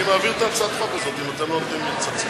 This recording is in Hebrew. אני מעביר את הצעת החוק הזאת אם אתם לא עובדים ומצלצלים,